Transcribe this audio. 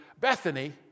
Bethany